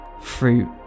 fruit